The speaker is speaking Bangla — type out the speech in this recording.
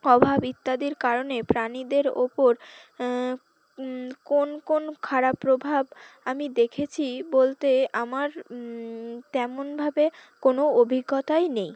অভাব ইত্যাদির কারণে প্রাণীদের ওপর কোন কোন খারাপ প্রভাব আমি দেখেছি বলতে আমার তেমনভাবে কোনো অভিজ্ঞতাই নেই